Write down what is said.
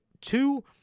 two